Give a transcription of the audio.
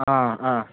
ꯑꯥ ꯑꯥ